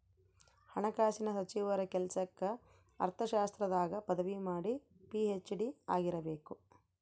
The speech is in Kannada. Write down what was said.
ಹಣಕಾಸಿನ ಸಚಿವರ ಕೆಲ್ಸಕ್ಕ ಅರ್ಥಶಾಸ್ತ್ರದಾಗ ಪದವಿ ಮಾಡಿ ಪಿ.ಹೆಚ್.ಡಿ ಆಗಿರಬೇಕು